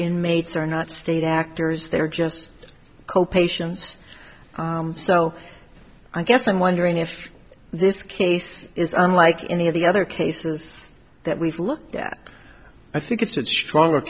inmates are not state actors they're just co patients so i guess i'm wondering if this case is unlike any of the other cases that we've looked at i think it's a stronger